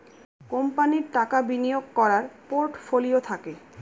কোম্পানির টাকা বিনিয়োগ করার পোর্টফোলিও থাকে